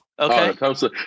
Okay